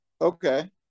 Okay